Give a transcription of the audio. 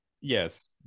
yes